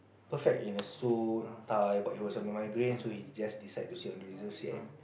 perfect in a suit tie but he was under migraine so he just decide to sit on the reserved seat